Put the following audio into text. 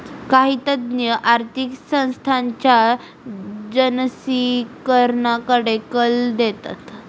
काही तज्ञ आर्थिक संस्थांच्या जिनसीकरणाकडे कल देतात